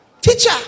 Teacher